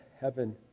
heaven